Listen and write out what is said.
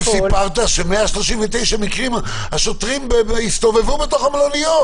סיפרת ש-139 מקרים השוטרים הסתובבו בתוך המלוניות,